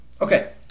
Okay